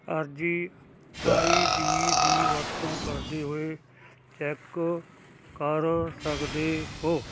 ਅਰਜ਼ੀ I D ਦੀ ਵਰਤੋਂ ਕਰਦੇ ਹੋਏ ਚੈੱਕ ਕਰ ਸਕਦੇ ਹੋ